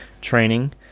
training